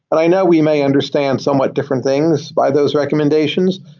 i know we may understand somewhat different things by those recommendations,